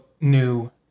new